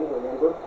remember